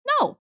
No